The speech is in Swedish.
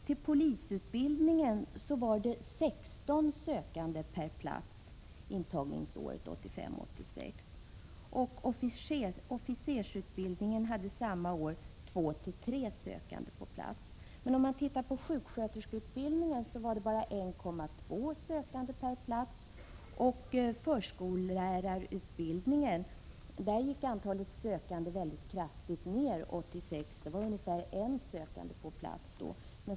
Till polisutbildningen var det 16 sökande per plats intagningsåret 1985/86. Officersutbildningen hade samma år 2-3 sökande per plats. Till sjuksköterskeutbildningen var det bara en 1,2 sökande per plats. Beträffande förskollärarutbildningen gick antalet sökande mycket kraftigt ned 1986 — det var ungefär en sökande per plats.